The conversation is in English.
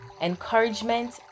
encouragement